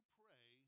pray